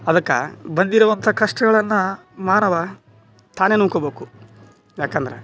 ಅದಕ್ಕೆ ಬಂದಿರುವಂಥ ಕಷ್ಟಗಳನ್ನು ಮಾನವ ತಾನೆ ನುಂಗ್ಕೊಳ್ಬೇಕು ಯಾಕಂದ್ರೆ